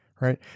right